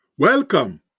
Welcome